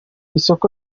isoko